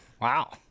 Wow